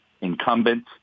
incumbent